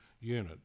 unit